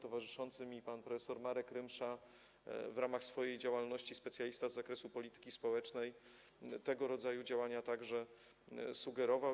Towarzyszący mi pan prof. Marek Rymsza, w ramach swojej działalności specjalista z zakresu polityki społecznej, tego rodzaju działania także sugerował.